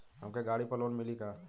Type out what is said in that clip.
हमके गाड़ी पर लोन मिली का?